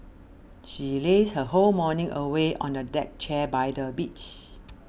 she lazed her whole morning away on a deck chair by the beach